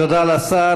תודה לשר.